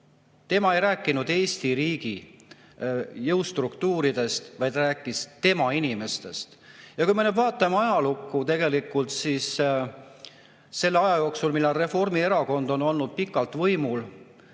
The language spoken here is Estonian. Tema ei rääkinud Eesti riigi jõustruktuuridest, vaid rääkis tema inimestest. Ja kui me vaatame ajalukku, siis selle aja jooksul, millal Reformierakond on olnud pikalt võimul,